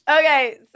Okay